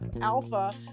alpha